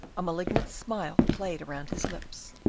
a malignant smile played round his lips,